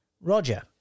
Roger